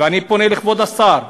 ואני פונה לכבוד השר,